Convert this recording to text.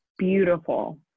beautiful